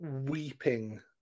weeping